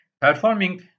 Performing